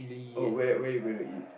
oh where where you going to eat